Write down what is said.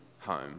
home